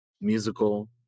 musical